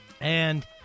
And-